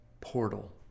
portal